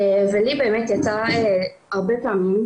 ולי באמת יצא הרבה פעמים,